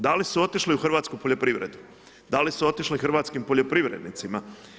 Da li su otišli u hrvatsku poljoprivredu, da li su otišli hrvatskim poljoprivrednicima?